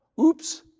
Oops